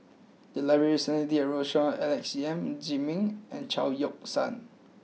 the library recently did a roadshow on Alex Yam Ziming and Chao Yoke San